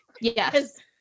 Yes